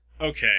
Okay